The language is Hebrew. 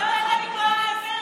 אתה לא יכול לקרוא אותי לסדר.